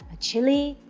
a chilli,